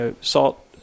salt